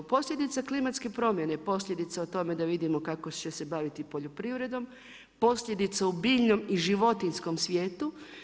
Posljedice klimatske promjene, posljedice o tome da vidimo kako će se baviti poljoprivredom, posljedice u biljnom i životinjskom svijetu.